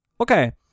okay